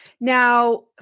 Now